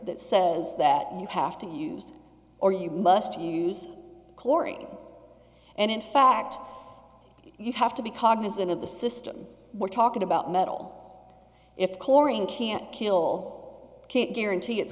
that says that you have to used or you must use corey and in fact you have to be cognizant of the system we're talking about metal if coring can't kill can't guarantee it's